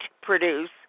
produce